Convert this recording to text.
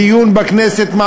דיון בכנסת,